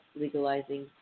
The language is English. legalizing